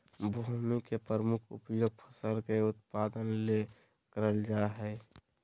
भूमि के प्रमुख उपयोग फसल के उत्पादन ले करल जा हइ